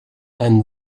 and